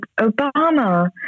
Obama